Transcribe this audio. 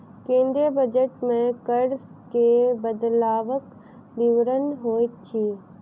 केंद्रीय बजट मे कर मे बदलवक विवरण होइत अछि